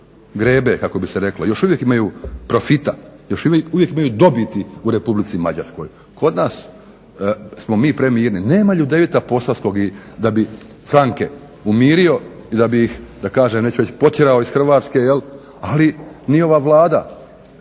grebe kako bi se reklo, još uvijek imaju profita, još uvijek imaju dobiti u Republici Mađarskoj. Kod nas smo mi premirni. Nema Ljudevita Posavskog da bi franke umirio i da bi ih da kažem neću reći potjerao iz Hrvatske. Ali ni ova Vlada,